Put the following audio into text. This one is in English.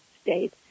state